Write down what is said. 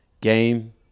game